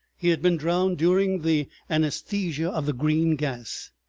he had been drowned during the anaesthesia of the green gas,